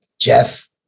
Jeff